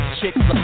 chicks